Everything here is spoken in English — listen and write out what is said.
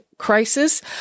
crisis